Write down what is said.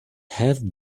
have